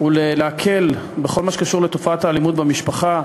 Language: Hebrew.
הוא להקל בכל מה שקשור לתופעת האלימות במשפחה.